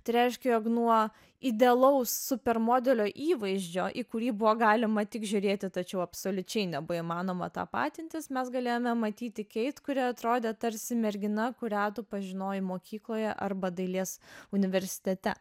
tai reiškia jog nuo idealaus supermodelio įvaizdžio į kurį buvo galima tik žiūrėti tačiau absoliučiai neįmanoma tapatintis mes galėjome matyti keit kuri atrodė tarsi mergina kurią tu pažinojai mokykloje arba dailės universitete